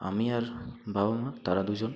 আমি আর বাবা মা তারা দু জন